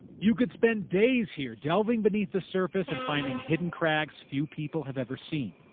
you could spend days here delving beneath the surface and finding hidden crags few people have ever seen.